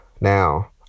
Now